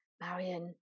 Marion